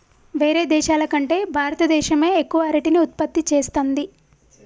వేరే దేశాల కంటే భారత దేశమే ఎక్కువ అరటిని ఉత్పత్తి చేస్తంది